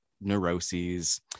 neuroses